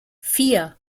vier